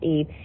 Eve